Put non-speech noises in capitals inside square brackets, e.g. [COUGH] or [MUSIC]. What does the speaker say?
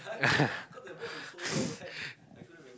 [LAUGHS]